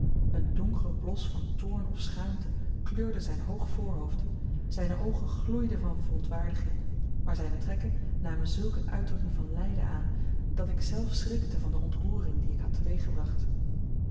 een donkere blos van toorn of schaamte kleurde zijn hoog voorhoofd zijne oogen gloeiden van verontwaardiging maar zijne trekken namen zulk eene uitdrukking van lijden aan dat ik zelve schrikte van de ontroering die ik had teweeggebracht